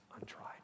untried